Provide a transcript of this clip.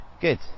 Good